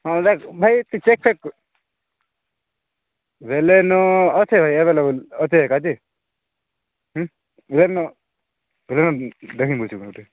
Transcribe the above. ହଁ ଦେଖ୍ ଭାଇ ଟିକେ ଚେକ୍ କରି ଵଲେନୋ ଅଛେ ଆଭେଲେବଲ୍ ଅଛେ ଅଛି ହୁଁ ଦେଖି ଦେଉଛି ଆଉ ଟିକେ